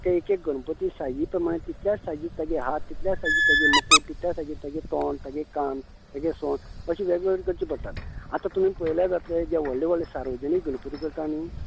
ते एक एक गणपती साय्जी प्रमाणे तितल्याच साय्जीक तेजे हात तितल्याच साय्जी तेजें मुखूट तितल्यात साय्जी ताचें तोंड ताचे कान तेगे सोंड अशें वेगळें वेगळें करचें पडटा आतां तुवें पळयल्यार जातलें ते व्हडले व्हडले सार्वजनीक गणपती करतात न्ही